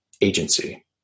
agency